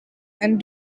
and